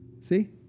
see